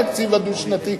התקציב הדו-שנתי.